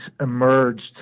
emerged